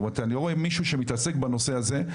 אני לא רואה מישהו שמתעסק בנושא הזה,